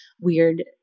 weird